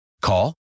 Call